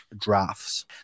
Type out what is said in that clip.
drafts